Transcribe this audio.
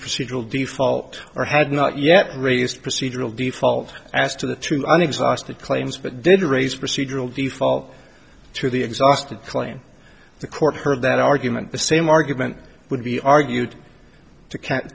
procedural default or had not yet raised procedural default as to the to an exhausted claims but did raise procedural default to the exhausted claim the court heard that argument the same argument would be argued to ca